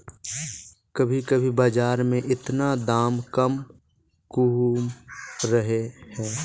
कभी कभी बाजार में इतना दाम कम कहुम रहे है?